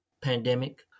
pandemic